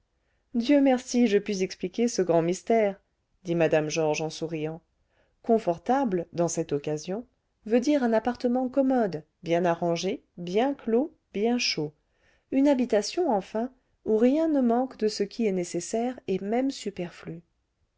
dieu merci je puis expliquer ce grand mystère dit mme georges en souriant confortable dans cette occasion veut dire un appartement commode bien arrangé bien clos bien chaud une habitation enfin où rien ne manque de ce qui est nécessaire et même superflu